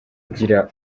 kigira